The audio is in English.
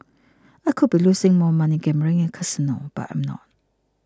I could be losing more money gambling in a casino but I'm not